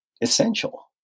essential